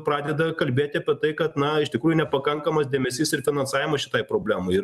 pradeda kalbėti apie tai kad na iš tikrųjų nepakankamas dėmesys ir finansavimas štai problemai ir